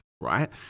right